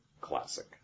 classic